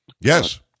Yes